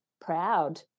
proud